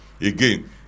Again